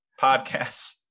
Podcasts